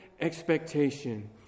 expectation